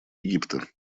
египта